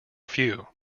few